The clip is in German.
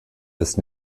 ist